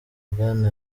bwana